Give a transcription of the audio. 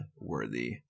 worthy